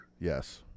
Yes